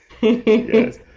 Yes